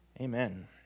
Amen